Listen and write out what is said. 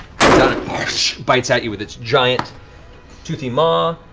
comes down and bites at you with its giant toothy maw.